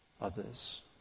others